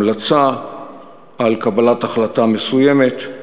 המלצה על קבלת החלטה מסוימת,